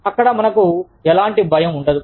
అక్కడ మనకు ఎలాంటి భయం ఉండదు